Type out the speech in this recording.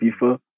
FIFA